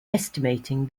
estimating